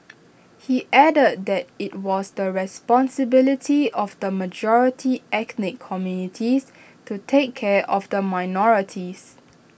he added that IT was the responsibility of the majority ethnic communities to take care of the minorities